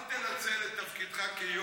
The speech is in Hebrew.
אל תנצל את תפקידך כיו"ר.